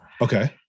Okay